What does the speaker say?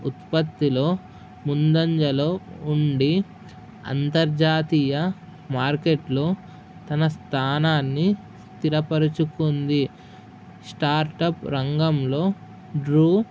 ఉత్పత్తిలో ముందంజలో ఉండి అంతర్జాతీయ మార్కెట్లో తన స్థానాన్ని స్థిరపరచుకుంది స్టార్టప్ రంగంలో డ్రూ